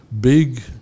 big